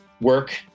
work